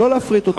לא להפריט אותם.